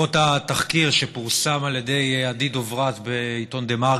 בעקבות התחקיר שפורסם על ידי עדי דברת בעיתון דה מרקר,